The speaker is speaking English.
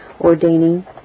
ordaining